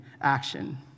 action